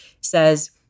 says